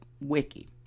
wiki